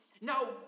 Now